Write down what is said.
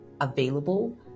available